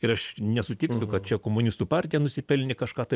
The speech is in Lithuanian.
ir aš nesutiksiu kad čia komunistų partija nusipelnė kažką tai